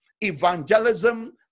evangelism